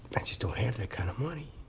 i just don't have that kind of money.